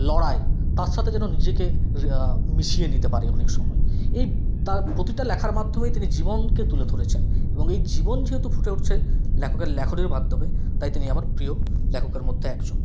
লড়াই তার সাতে যেন নিজেকে মিশিয়ে নিতে পারি অনেক সময় এই তার প্রতিটা লেখার মাধ্যমেই তিনি জীবনকে তুলে ধরেছেন এবং এই জীবন যেহেতু ফুটে উঠছে লেখকের লেখনীর মাধ্যমে তাই তিনি আমার প্রিয় লেখকের মধ্যে একজন